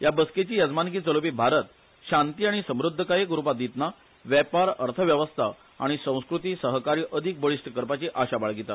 या बसकेची येजमानकी चलोवपी भारत शांती आनी समृध्दकायेक उर्बा दितना वेपार अर्थवेवस्था आनी संस्कृती सहकार्य अदीक वळीश्ट करपाची आशा बाळगिता